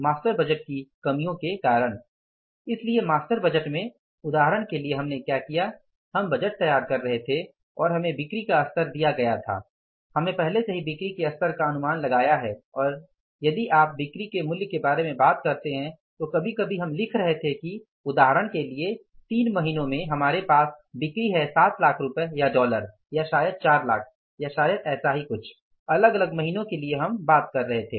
master budget की सीमाओं के कारण इसलिए मास्टर बजट में उदाहरण के लिए हमने क्या किया हम बजट तैयार कर रहे थे और हमें बिक्री का स्तर दिया गया था हमने पहले ही बिक्री के स्तर का अनुमान लगाया है और यदि आप बिक्री के मूल्य के बारे में बात करते हैं तो कभी कभी हम लिख रहे थे कि उदाहरण के लिए तीन महीनों में हमारे पास बिक्री है 7 लाख रुपये या डॉलर या शायद 4 लाख या शायद ऐसा ही कुछ अलग अलग महीनों के लिए हम बात कर रहे थे